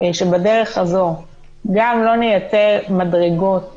שבדרך הזו גם לא נייצר מדרגות